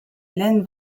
ellen